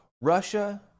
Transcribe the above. Russia